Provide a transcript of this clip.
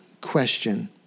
question